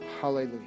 Hallelujah